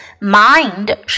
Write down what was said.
Mind